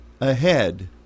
ahead